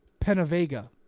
Penavega